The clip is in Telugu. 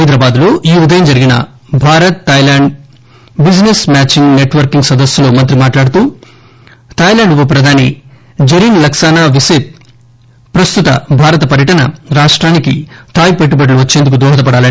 హైదరాబాద్ లో ఈ ఉదయం జరిగిన Bharat Thailand business matching networking సదస్సులో మంత్రి మాట్లాడుతూ థాయిలాండ్ ఉప ప్రధాని జరీన్ లక్పానా విసిత్ ప్రస్తుత భారత్ పర్యటన రాష్టానికి థాయ్ పెట్టుబడులు వచ్చేందుకు దోహదపడాలని ఆకాంక్షించారు